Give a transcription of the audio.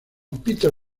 peter